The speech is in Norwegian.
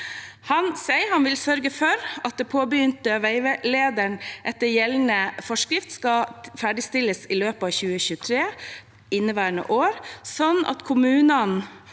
Han sier han vil sørge for at den påbegynte veilederen etter gjeldende forskrift skal ferdigstilles i løpet av 2023, inneværende år, slik at kommunene